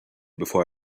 before